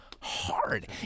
hard